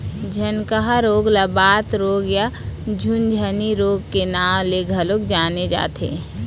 झनकहा रोग ल बात रोग या झुनझनी रोग के नांव ले घलोक जाने जाथे